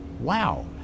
wow